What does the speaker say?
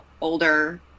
older